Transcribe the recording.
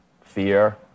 fear